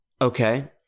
okay